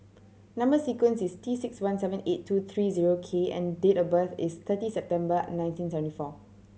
number sequence is T six one seven eight two three zero K and date of birth is thirty September nineteen seventy four